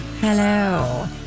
Hello